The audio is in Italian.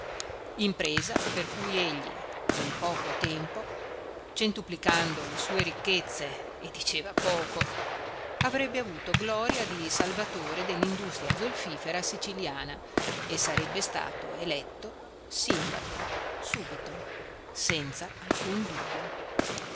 impresa per cui egli in poco tempo centuplicando le sue ricchezze e diceva poco avrebbe avuto gloria di salvatore dell'industria zolfifera siciliana e sarebbe stato eletto sindaco subito senza alcun dubbio